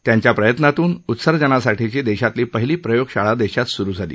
त्यांच्यात प्रयत्नातून उत्सर्जनासाठीची देशातली पहिली प्रयोगशाळा देशात स्रू झाली